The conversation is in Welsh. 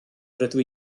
rydw